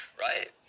right